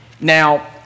now